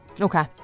Okay